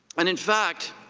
and in fact,